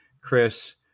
Chris